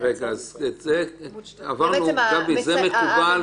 זה מקובל